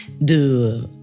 de